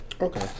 Okay